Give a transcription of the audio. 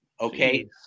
okay